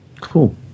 Cool